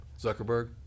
Zuckerberg